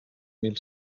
mil